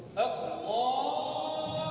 oh